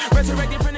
Resurrected